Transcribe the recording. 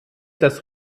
das